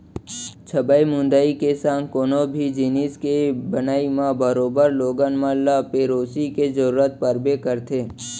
छबई मुंदई के संग कोनो भी जिनिस के बनई म बरोबर लोगन मन ल पेरोसी के जरूरत परबे करथे